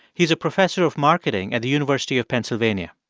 he's a professor of marketing at the university of pennsylvania.